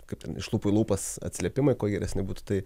kaip ten iš lūpų lūpas atsiliepimai kuo geresni būtų tai